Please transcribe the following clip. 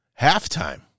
halftime